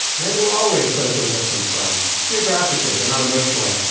man. there were always socially distance from geographically, but not emotionally.